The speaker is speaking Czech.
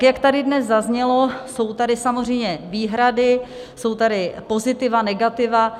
Jak tady dnes zaznělo, jsou tady samozřejmě výhrady, jsou tady pozitiva, negativa.